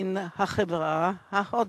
מן החברה ההודית.